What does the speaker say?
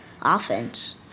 offense